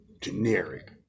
Generic